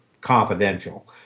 confidential